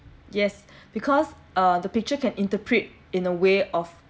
yes because uh the picture can interpret in a way of